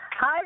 Hi